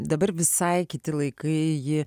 dabar visai kiti laikai